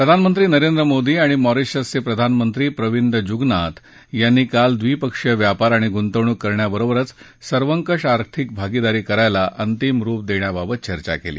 प्रधानमंत्री नरेंद्र मोदी आणि मॉरिशसचे प्रधानमंत्री प्रविंद जुगनाथ यांनी काल द्विपक्षीय व्यापार आणि गुंतवणूक करण्याबरोबरच सर्वकष आर्थिक भागिदारी करायला अंतिम रुप देण्याबाबत चर्चा केली